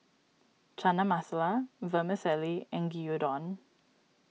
Chana Masala Vermicelli and Gyudon